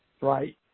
right